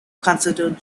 considered